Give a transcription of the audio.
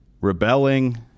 rebelling